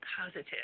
positive